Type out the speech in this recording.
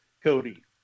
Cody